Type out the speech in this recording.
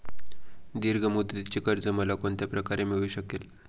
दीर्घ मुदतीचे कर्ज मला कोणत्या प्रकारे मिळू शकेल?